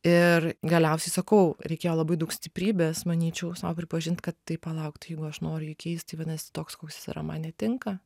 ir galiausiai sakau reikėjo labai daug stiprybės manyčiau sau pripažint kad tai palauk tai jeigu aš noriu jį keist tai vadinas toks koks jis yra man netinka